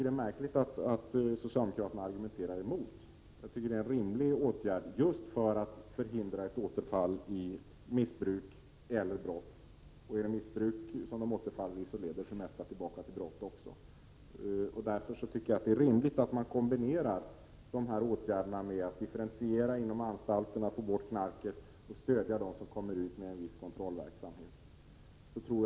Det är märkligt att socialdemokraterna argumenterar emot detta, som är en rimlig åtgärd just för att förhindra ett återfall i missbruk eller brott. Och återfaller man i missbruk, leder det för det mesta tillbaka till brott också. Därför är det rimligt att kombinera åtgärderna med att differentiera inom anstalterna, få bort knarket och stödja dem som kommer ut med en viss kontrollverksamhet.